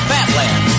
Batland